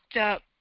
up